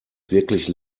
wirklich